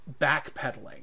backpedaling